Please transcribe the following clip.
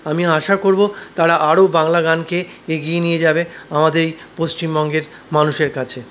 আমি আশা করব তারা আরও বাংলা গানকে এগিয়ে নিয়ে যাবে আমাদের পশ্চিমবঙ্গের মানুষের কাছে